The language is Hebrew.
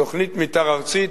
תוכנית מיתאר ארצית,